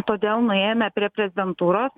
todėl nuėjome prie prezidentūros